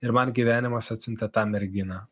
ir man gyvenimas atsiuntė tą merginą